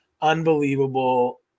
unbelievable